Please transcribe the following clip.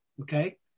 okay